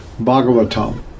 Bhagavatam